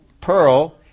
pearl